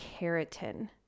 keratin